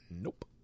Nope